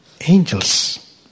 angels